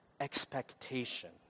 expectation